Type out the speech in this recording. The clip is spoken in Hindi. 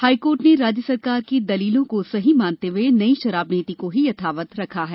हाईकोर्ट ने राज्य सरकार की दलीलों को सही मानते हुए नई शराब नीति को ही यथावत रखा हैं